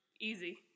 Easy